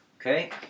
Okay